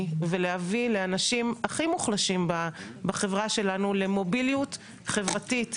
ולהביא את האנשים הכי מוחלשים בחברה שלנו למוביליות חברתית.